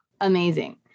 Amazing